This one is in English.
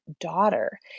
daughter